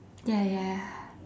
ya ya ya